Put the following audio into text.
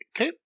Okay